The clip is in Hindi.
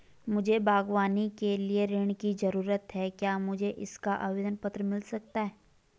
मुझे बागवानी के लिए ऋण की ज़रूरत है क्या मुझे इसका आवेदन पत्र मिल सकता है?